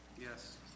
Yes